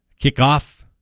Kickoff